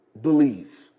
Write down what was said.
believe